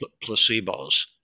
placebos